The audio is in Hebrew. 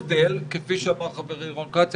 כפי שאמר חברי רון כץ,